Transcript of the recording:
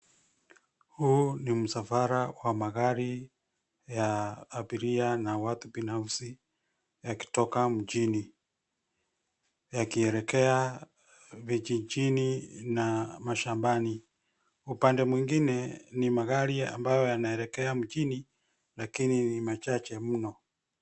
Huu ni msafara wa magari ya abiria na watu binafsi yakitoka mjini yakielekea vijijini na mashambani. Upande mwingine, ni magari ambayo yanaeleka mjini lakini ni machache mno.